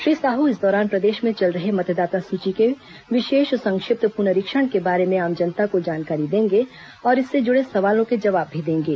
श्री साहू इस दौरान प्रदेश में चल रहे मतदाता सूची के विशेष संक्षिप्त पुनरीक्षण के बारे में आम जनता को जानकारी देंगे और इससे जुड़े सवालों के जवाब भी देंगे